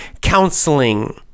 counseling